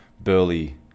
burly